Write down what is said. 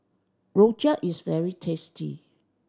rojak is very tasty